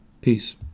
Peace